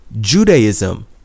Judaism